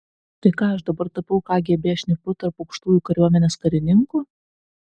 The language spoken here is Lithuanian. tai ką aš dabar tapau kgb šnipu tarp aukštųjų kariuomenės karininkų